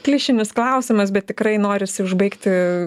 klišinis klausimas bet tikrai norisi užbaigti